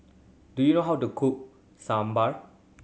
do you know how to cook Sambar